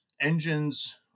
engines